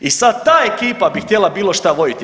I sad ta ekipa bi htjela bilo šta voditi.